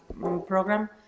program